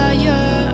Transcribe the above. Fire